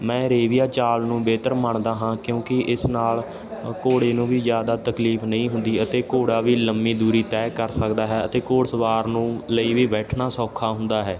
ਮੈਂ ਰੇਵੀਆ ਚਾਲ ਨੂੰ ਬਿਹਤਰ ਮੰਨਦਾ ਹਾਂ ਕਿਉਂਕਿ ਇਸ ਨਾਲ ਘੋੜੇ ਨੂੰ ਵੀ ਜ਼ਿਆਦਾ ਤਕਲੀਫ ਨਹੀਂ ਹੁੰਦੀ ਅਤੇ ਘੋੜਾ ਵੀ ਲੰਮੀ ਦੂਰੀ ਤੈਅ ਕਰ ਸਕਦਾ ਹੈ ਅਤੇ ਘੋੜ ਸਵਾਰ ਨੂੰ ਲਈ ਵੀ ਬੈਠਣਾ ਸੌਖਾ ਹੁੰਦਾ ਹੈ